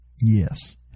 Yes